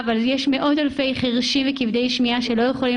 אבל יש מאות אלפי חירשים וכבדי שמיעה שלא יכולים